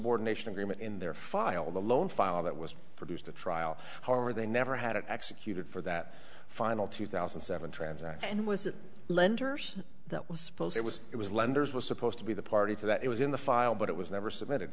subordination agreement in their file the loan file that was produced a trial however they never had it executed for that final two thousand and seven transaction was it lenders that was supposed it was it was lenders were supposed to be the party to that it was in the file but it was never submitted